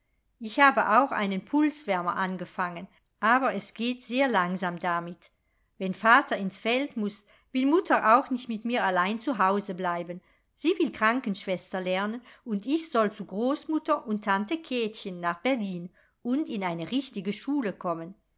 ich habe auch einen pulswärmer angefangen aber es geht sehr langsam damit wenn vater ins feld muß will mutter auch nicht mit mir allein zu hause bleiben sie will krankenschwester lernen und ich soll zu großmutter und tante kätchen nach berlin und in eine richtige schule kommen